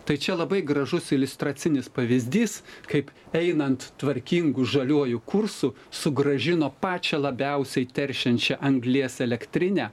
tai čia labai gražus iliustracinis pavyzdys kaip einant tvarkingu žaliuoju kursu sugrąžino pačią labiausiai teršiančią anglies elektrinę